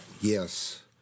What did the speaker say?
Yes